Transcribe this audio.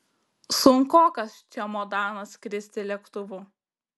sunkokas čemodanas skristi lėktuvu